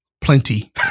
plenty